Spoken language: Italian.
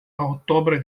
ottobre